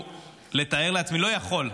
לא יכול,